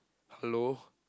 hello